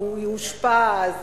הוא יאושפז,